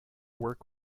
work